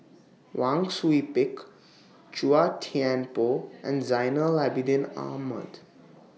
Wang Sui Pick Chua Thian Poh and Zainal Abidin Ahmad